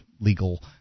legal